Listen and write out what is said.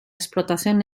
explotación